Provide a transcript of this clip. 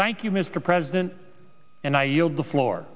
thank you mr president and i yield the floor